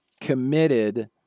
committed